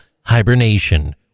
hibernation